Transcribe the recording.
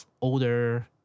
older